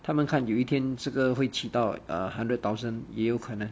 他们看有一天这个会起到 err hundred thousand 也有可能